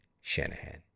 Shanahan